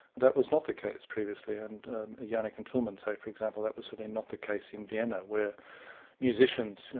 that was not the case previously, and janik and toulmin say for example, that was certainly not the case in vienna, where musicians,